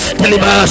deliver